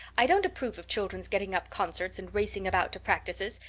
i don't approve of children's getting up concerts and racing about to practices.